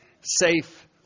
safe